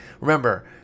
Remember